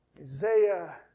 Isaiah